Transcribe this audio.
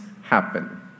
happen